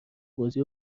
بازی